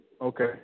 Okay